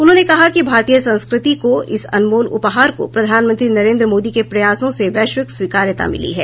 उन्होंने कहा कि भारतीय संस्कृति के इस अनमोल उपहार को प्रधानमंत्री नरेन्द्र मोदी के प्रयासों से वैश्विक स्वीकार्यता मिली है